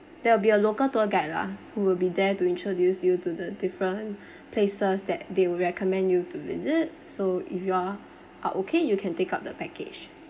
there will be a local tour guide lah who will be there to introduce you to the different places that they would recommend you to visit so if you all are okay you can take up the package